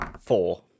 Four